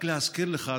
רק להזכיר לך,